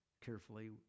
carefully